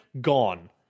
gone